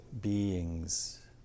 beings